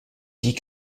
dit